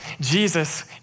Jesus